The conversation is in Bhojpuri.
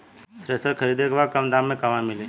थ्रेसर खरीदे के बा कम दाम में कहवा मिली?